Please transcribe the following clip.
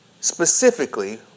Specifically